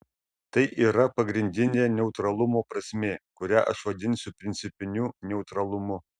tai yra pagrindinė neutralumo prasmė kurią aš vadinsiu principiniu neutralumu